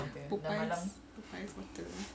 popeye's popeye's water